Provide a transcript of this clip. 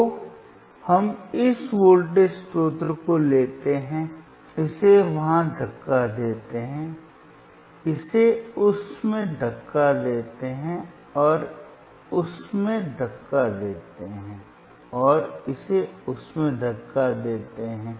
तो हम इस वोल्टेज स्रोत को लेते हैं इसे वहां धक्का देते हैं इसे उस में धक्का देते हैं इसे उस में धक्का देते हैं और इसे उस में धक्का देते हैं